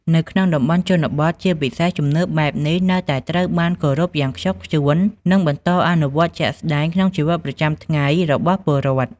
នៅក្នុងតំបន់ជនបទ ជាពិសេស ជំនឿបែបនេះនៅតែត្រូវបានគោរពយ៉ាងខ្ជាប់ខ្ជួន និងបន្តអនុវត្តជាក់ស្ដែងក្នុងជីវិតប្រចាំថ្ងៃរបស់ពលរដ្ឋ។